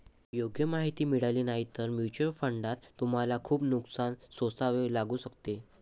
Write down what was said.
योग्य माहिती मिळाली नाही तर म्युच्युअल फंडात तुम्हाला खूप नुकसान सोसावे लागू शकते